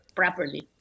properly